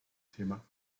thema